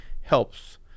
helps